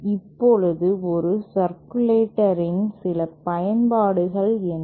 இப்போது ஒரு சர்க்குலேட்டர் இன் சில பயன்பாடுகள் என்ன